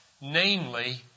namely